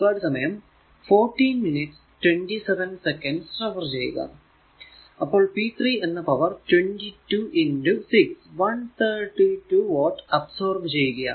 അപ്പോൾ p 3 എന്ന power 22 6 132 watt absorb ചെയ്യുകയാണ്